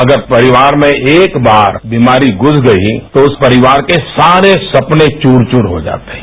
अगर परिवार में एक बार बीमारी घुस गई तो उस परिवार के सारे सपने चूर चूर हो जाते हैं